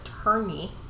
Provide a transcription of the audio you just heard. attorney